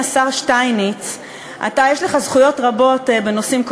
יש כמה חברי